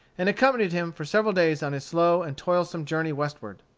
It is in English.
and accompanied him for several days on his slow and toilsome journey westward.